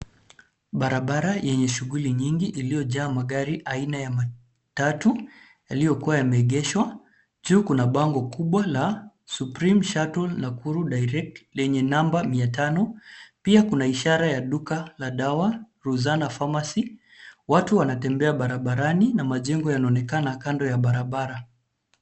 Barabara yenye shughuli nyingi iliyojaa magari aina ya matatu yaliyokuwa yameegeshwa. Juu kuna bango kubwa la Supreme Shuttle Nakuru Direct lenye namba mia tano. Pia kuna ishara ya duka la dawa Ruzana Pharmacy . Watu wanatembea barabarani na majengo yanaonekana kando ya barabara.